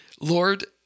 Lord